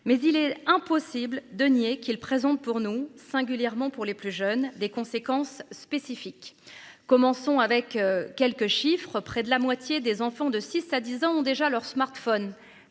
mais il est impossible de nier qu'il présente pour nous, singulièrement pour les plus jeunes des conséquences spécifiques. Commençons avec quelques chiffres près de la moitié des enfants de 6 à 10 ans ont déjà leur smartphone,